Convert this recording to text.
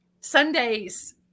Sundays